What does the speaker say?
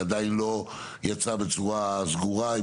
זה עדיין לא יצא בצור סדורה.